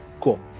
Cool